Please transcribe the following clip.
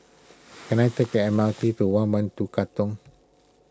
can I take the M R T to one one two Katong